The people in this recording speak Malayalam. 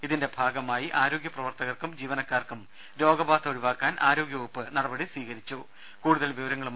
ഇതിന്റെ ഭാഗമായി ആരോഗ്യപ്രവർത്തകർക്കും ജീവനക്കാർക്കും രോഗബാധ ഒഴിവാക്കാൻ ആരോഗ്യവകുപ്പ് നടപടി സ്വീകരിച്ചു